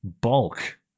bulk